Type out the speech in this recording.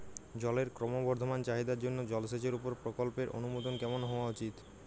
জলের ক্রমবর্ধমান চাহিদার জন্য জলসেচের উপর প্রকল্পের অনুমোদন কেমন হওয়া উচিৎ?